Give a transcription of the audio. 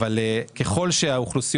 אם לא נגדיל את היצע החשמל